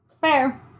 Fair